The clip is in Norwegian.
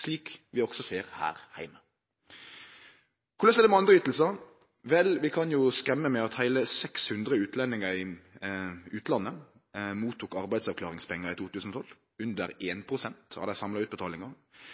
slik vi også ser her heime. Korleis er det med andre ytingar? Vel, vi kan skremme med at heile 600 utlendingar i utlandet fekk arbeidsavklaringspengar i 2012 – under